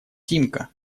тимка